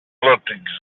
looked